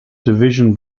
division